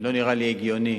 לא נראה לי הגיוני